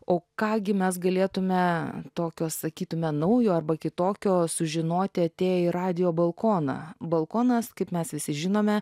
o ką gi mes galėtume tokio sakytume naujo arba kitokio sužinoti atėję į radijo balkoną balkonas kaip mes visi žinome